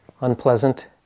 unpleasant